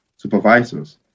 supervisors